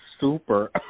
super